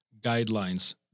guidelines